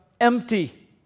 empty